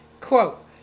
Quote